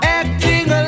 acting